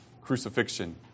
crucifixion